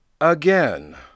Again